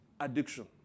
addiction